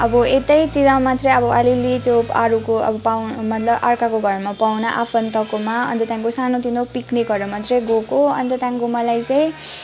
अब यतैतिर मात्रै अब आलिअलि त्यो अरूको अब पाहुना मतलब आर्काको घरमा पाहुना आफन्तकोमा अन्त त्यहाँदेखिको सानो तिनो पिकनिकहरू मात्रै गएको अन्त त्यहाँदेखिको मलाई चाहिँ